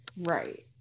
Right